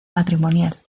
matrimonial